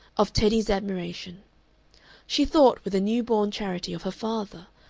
of teddy's admiration she thought, with a new-born charity, of her father,